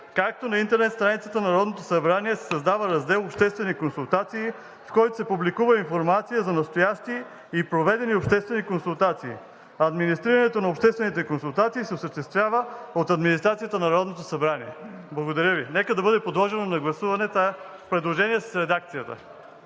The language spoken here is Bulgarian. както и на интернет страницата на Народното събрание се създава раздел „Обществени консултации“, в който се публикува информация за настоящи и проведени обществени консултации. Администрирането на обществените консултации се осъществява от администрацията на Народното събрание“. Нека това предложение с редакцията